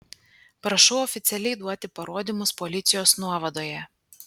prašau oficialiai duoti parodymus policijos nuovadoje